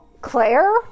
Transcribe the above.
Claire